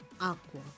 Aqua